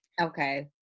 Okay